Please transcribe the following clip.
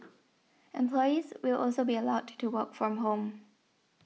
employees will also be allowed to work from home